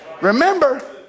Remember